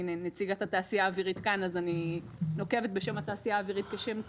הנה נציגת התעשייה האווירית כאן אז אני נוקבת בתעשייה האווירית כשם קוד,